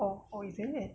orh orh isn't it